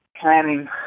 planning